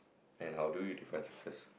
and I will do you different success